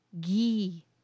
ghee